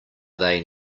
they